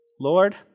Lord